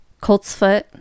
Coltsfoot